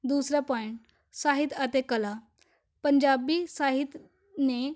ਦੂਸਰਾ ਪੁਆਇੰਟ ਸਾਹਿਤ ਅਤੇ ਕਲਾ ਪੰਜਾਬੀ ਸਾਹਿਤ ਨੇ